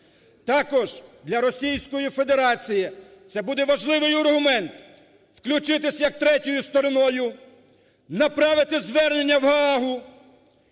Також для Російської Федерації це буде важливий аргумент – включитися як третьою стороною, направити звернення в Гаагу